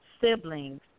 siblings